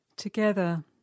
Together